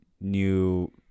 new